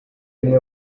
imwe